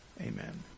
amen